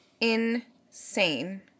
insane